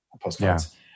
postcards